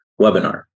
webinar